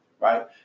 right